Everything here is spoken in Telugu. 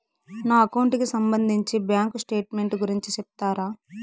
నా అకౌంట్ కి సంబంధించి బ్యాంకు స్టేట్మెంట్ గురించి సెప్తారా